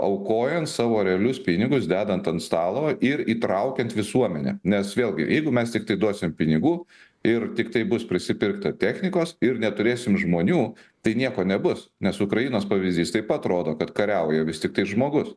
aukojant savo realius pinigus dedant ant stalo ir įtraukiant visuomenę nes vėlgi jeigu mes tiktai duosim pinigų ir tiktai bus prisipirkta technikos ir neturėsim žmonių tai nieko nebus nes ukrainos pavyzdys taip pat rodo kad kariauja tiktai žmogus